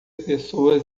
pessoas